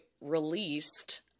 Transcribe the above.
released